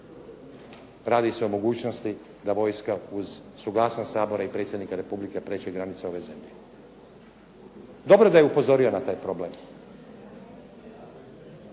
Radi se o mogućnosti da vojska uz suglasnost Sabora i Predsjednika Republike prijeđe granice ove zemlje. Dobro da je upozorio na taj problem.